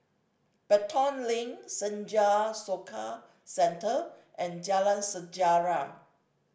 Pelton Link Senja Soka Centre and Jalan Sejarah